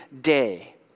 day